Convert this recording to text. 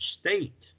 state